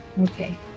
Okay